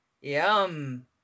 yum